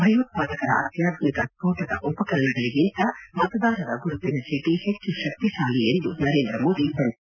ಭಯೋತ್ಪಾದಕರ ಅತ್ಯಾಧುನಿಕ ಸ್ಪೋಟಕ ಉಪಕರಣಗಳಿಗಿಂತೆ ಮತದಾರರ ಗುರುತಿನ ಚೀಟಿ ಹೆಚ್ಚು ಶಕ್ತಿಶಾಲಿ ಎಂದು ನರೇಂದ್ರ ಮೋದಿ ಬಣ್ಣಿಸಿದರು